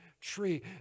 Tree